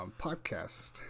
podcast